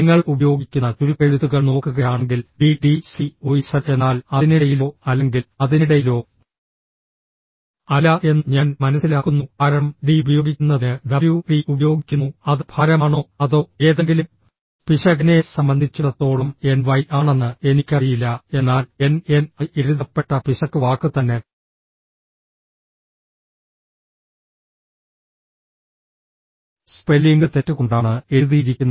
നിങ്ങൾ ഉപയോഗിക്കുന്ന ചുരുക്കെഴുത്തുകൾ നോക്കുകയാണെങ്കിൽ B T C O Z എന്നാൽ അതിനിടയിലോ അല്ലെങ്കിൽ അതിനിടയിലോ അല്ല എന്ന് ഞാൻ മനസ്സിലാക്കുന്നു കാരണം ഡി ഉപയോഗിക്കുന്നതിന് ഡബ്ല്യു ടി ഉപയോഗിക്കുന്നു അത് ഭാരമാണോ അതോ ഏതെങ്കിലും പിശകിനെ സംബന്ധിച്ചിടത്തോളം എൻ വൈ ആണെന്ന് എനിക്കറിയില്ല എന്നാൽ എൻ എൻ ഐ എഴുതപ്പെട്ട പിശക് വാക്ക് തന്നെ സ്പെല്ലിംഗ് തെറ്റ് കൊണ്ടാണ് എഴുതിയിരിക്കുന്നത്